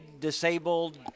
disabled